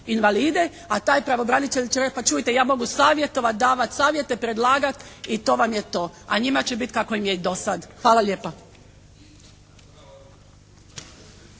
invalide, a taj pravobranitelj će reći: «Pa čujte ja mogu savjetovati, davati savjete, predlagati i to vam je to.» A njima će biti kako im je i do sad. Hvala lijepa.